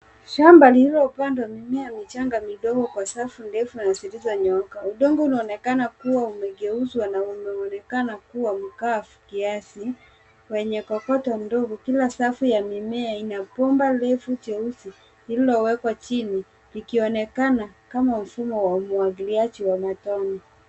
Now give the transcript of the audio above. Shamba lililo pandwa mimea michanga midogo kwa safu ndefu na zilizo nyooka udongo unaonekana kuwa umegeuzwa na unaonekana kuwa mkavu kiasi wenye kokoto ndogo, na kila safu ya mimea ina bomba refu jesui lililo wekwa chini likionekana kama mfumo wa umwagiliaji wa matone.